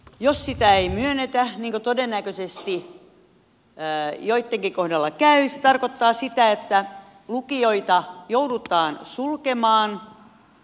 jos sitä ei myönnetä niin kuin todennäköisesti joittenkin kohdalla käy se tarkoittaa sitä että lukioita joudutaan sulkemaan ammattikoulujakin